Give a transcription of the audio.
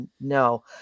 no